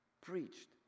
preached